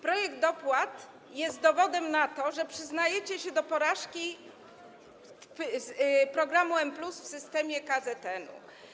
Projekt dopłat jest dowodem na to, że przyznajecie się do porażki programu M+ w systemie KZN-u.